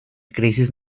crisis